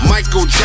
Michael